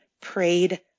prayed